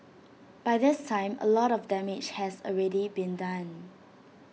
by this time A lot of damage has already been done